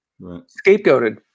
scapegoated